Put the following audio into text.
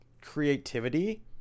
creativity